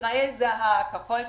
ישראל נמצאת באמצע.